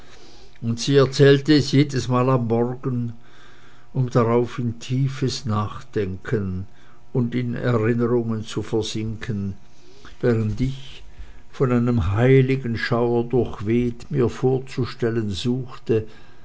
und sie erzählte es jedesmal am morgen um darauf in tiefes nachdenken und in erinnerungen zu versinken während ich von einem heiligen schauer durchweht mir vorzustellen suchte